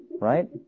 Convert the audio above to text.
right